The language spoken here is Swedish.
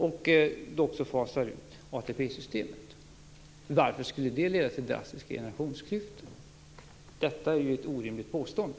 Det systemet fasar också ut ATP-systemet. Varför skulle det leda till drastiska generationsklyftor? Detta är ett orimligt påstående.